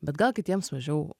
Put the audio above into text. bet gal kitiems mažiau